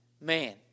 Man